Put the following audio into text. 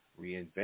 reinvent